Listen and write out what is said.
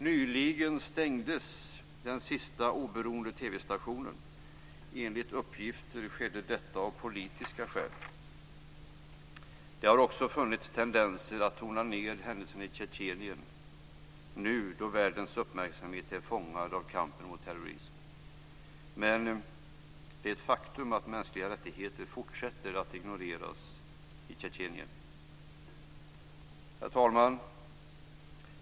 Nyligen stängdes den sista oberoende TV-stationen, och enligt uppgifter skedde detta av politiska skäl. Det har också funnits tendenser att tona ned händelser i Tjetjenien nu då världens uppmärksamhet är fångad av kampen mot terrorism. Men det är ett faktum att mänskliga rättigheter fortsätter att ignoreras i Herr talman!